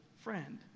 friend